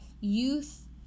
youth